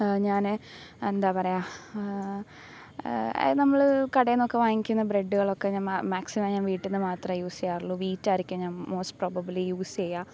ഞാൻ എന്താ പറയാ ആയത് നമ്മൾ കടെന്നൊക്കെ വാങ്ങിക്കുന്ന ബ്രെഡ്കളൊക്കെ ഞ മാക്സിമം ഞാൻ വീട്ടിൽ നിന്ന് മാത്രമേ യൂസ് ചെയ്യാറുള്ളു വീറ്റായിരിക്കും ഞാൻ മോസ്റ്റ് പ്രൊബബ്ലി യൂസ് ചെയ്യുക